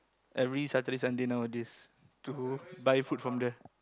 every Saturday Sunday nowadays to buy food from there